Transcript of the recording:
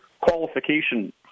qualification